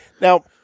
Now